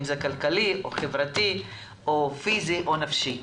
אם זה כלכלי או חברתי או פיזי או נפשי.